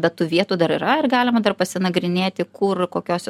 bet tų vietų dar yra ir galima dar pasinagrinėti kur kokiose